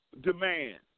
demand